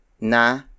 na